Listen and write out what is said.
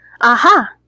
Aha